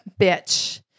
bitch